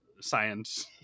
science